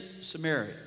Samaria